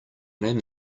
name